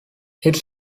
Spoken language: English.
its